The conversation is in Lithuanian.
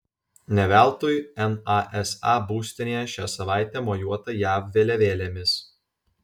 ne veltui nasa būstinėje šią savaitę mojuota jav vėliavėlėmis